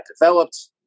developed